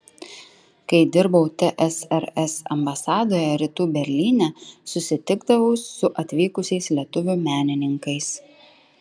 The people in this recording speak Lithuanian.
kai dirbau tsrs ambasadoje rytų berlyne susitikdavau su atvykusiais lietuvių menininkais